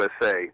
USA